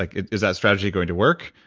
like is that strategy going to work,